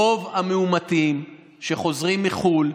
רוב המאומתים שחוזרים מחו"ל,